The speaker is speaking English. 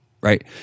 Right